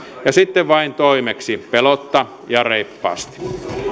ja sitten vain toimeksi pelotta ja reippaasti